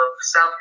South